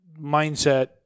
mindset